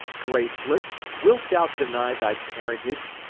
gracelesse, wilt thou deny thy parentage?